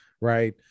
Right